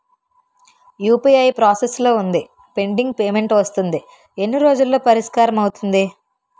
UPI process లో వుందిపెండింగ్ payment వస్తుంది ఎన్ని రోజుల్లో పరిష్కారం అవుతుంది